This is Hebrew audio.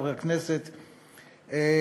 חברת הכנסת זועבי.